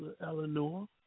Eleanor